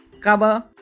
cover